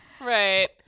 Right